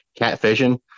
catfishing